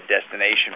destination